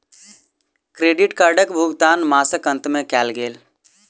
credit कार्डक भुगतान मासक अंत में कयल गेल